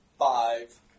Five